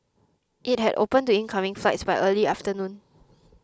it had opened to incoming flights by early afternoon